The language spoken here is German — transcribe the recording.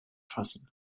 fassen